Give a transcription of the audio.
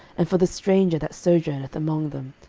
and for the stranger that sojourneth among them,